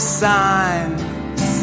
signs